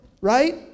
right